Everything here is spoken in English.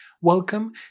Welcome